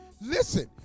Listen